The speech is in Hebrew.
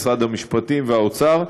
משרד המשפטים והאוצר,